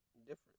different